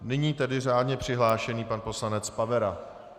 Nyní tedy řádně přihlášený pan poslanec Pavera.